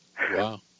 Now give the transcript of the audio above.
Wow